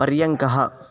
पर्यङ्कः